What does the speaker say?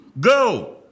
go